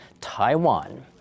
Taiwan